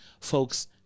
folks